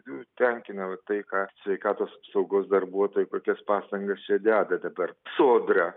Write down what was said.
nu tenkina va tai ką sveikatos apsaugos darbuotojai kokias pastangas čia deda dabar sodra